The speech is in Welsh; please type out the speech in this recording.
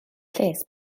lles